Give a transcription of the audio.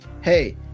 hey